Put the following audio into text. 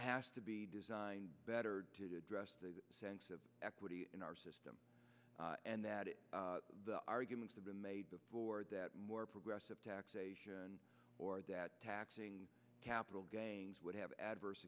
has to be designed better to address the sense of equity in our system and that the arguments have been made before that more progress taxation or that taxing capital gains would have adverse